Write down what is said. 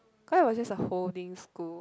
cause it was just a holding school